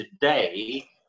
today